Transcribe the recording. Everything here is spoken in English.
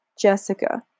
Jessica